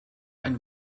ein